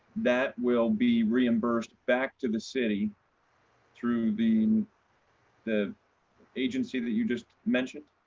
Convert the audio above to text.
that will be reimbursed back to the city through the the agency that you just mentioned?